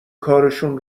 کارشون